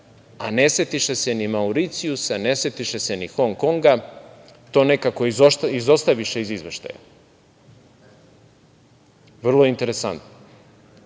a ne setiše se ni Mauricijusa, ne setiše se ni Hong Konga, to nekako izostaviše iz Izveštaja. Vrlo interesantno. Dakle,